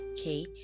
okay